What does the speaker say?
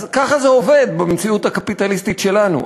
אז ככה זה עובד במציאות הקפיטליסטית שלנו.